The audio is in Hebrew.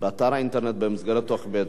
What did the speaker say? באתר האינטרנט במסגרת טוקבק.